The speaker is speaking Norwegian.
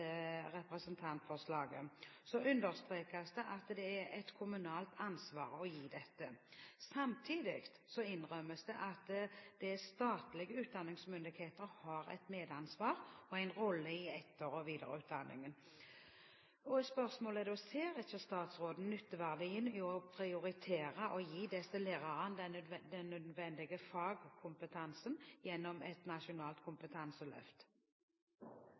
understrekes det at det er et kommunalt ansvar å gi dette. Samtidig innrømmes det at statlige utdanningsmyndigheter har et medansvar og en rolle i etter- og videreutdanningen. Spørsmålet er da: Ser ikke statsråden nytteverdien av å prioritere å gi disse lærerne den nødvendige fagkompetansen gjennom et nasjonalt kompetanseløft?